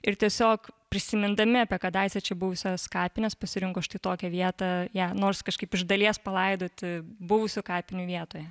ir tiesiog prisimindami apie kadaise čia buvusias kapines pasirinko štai tokią vietą ją nors kažkaip iš dalies palaidoti buvusių kapinių vietoje